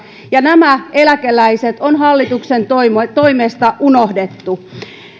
nämä eläkeläiset on hallituksen toimesta unohdettu